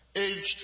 Aged